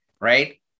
right